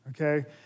okay